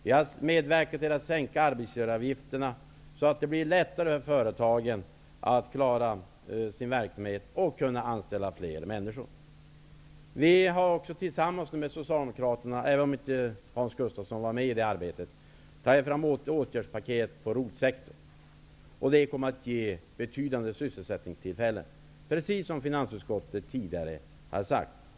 Vi har medverkat till att sänka arbetsgivaravgifterna, så att det blir lättare för företagen att klara sin verksamhet och att anställa fler människor. Vi har också tillsammans med socialdemokraterna, även om inte Hans Gustafsson var med i det arbetet, tagit fram ett åtgärdspaket för ROT sektorn, och det kommer att ge betydande sysselsättningstillfällen, precis som finansutskottet tidigare har sagt.